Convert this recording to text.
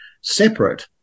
separate